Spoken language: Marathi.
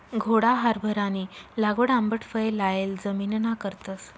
घोडा हारभरानी लागवड आंबट फये लायेल जमिनना करतस